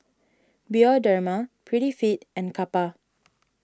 Bioderma Prettyfit and Kappa